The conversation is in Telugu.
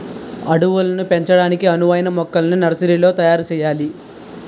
అడవుల్ని పెంచడానికి అనువైన మొక్కల్ని నర్సరీలో తయారు సెయ్యాలి